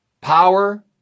Power